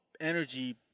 energy